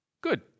good